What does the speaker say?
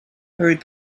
hurried